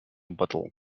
bottle